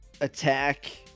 attack